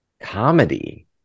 comedy